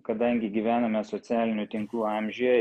kadangi gyvename socialinių tinklų amžiuje